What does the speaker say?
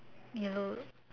yellow